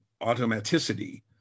automaticity